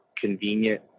convenient